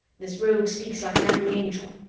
this rogue speaks like an angry angel.